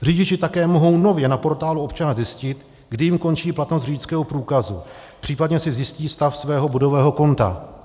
Řidiči také mohou nově na Portálu občana zjistit, kdy jim končí platnost řidičského průkazu, případně si zjistí stav svého bodového konta.